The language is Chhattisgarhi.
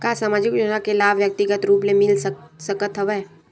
का सामाजिक योजना के लाभ व्यक्तिगत रूप ले मिल सकत हवय?